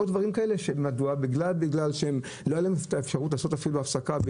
בגלל שאין להם אפשרות אפילו לעשות הפסקה.